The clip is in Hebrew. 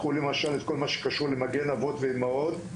קחו למשל את כל מה שקשור למגן אבות ואימהות,